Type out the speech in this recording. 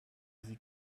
sie